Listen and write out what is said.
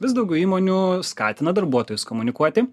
vis daugiau įmonių skatina darbuotojus komunikuoti